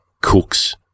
cooks